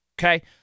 okay